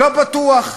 לא.